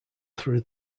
through